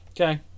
Okay